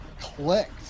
clicked